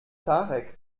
tarek